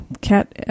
cat